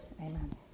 amen